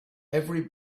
every